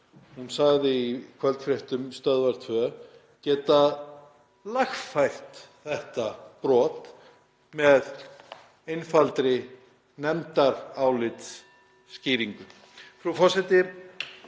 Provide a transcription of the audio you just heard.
hún sagði í kvöldfréttum Stöðvar 2, geta lagfært þetta brot með einfaldri nefndarálitsskýringu.(Forseti